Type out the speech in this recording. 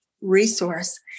resource